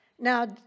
now